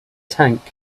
tank